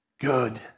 good